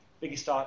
Biggest